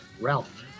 Ralph